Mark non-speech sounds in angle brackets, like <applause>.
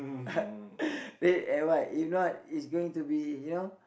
<laughs> red and white if not it's going to be you know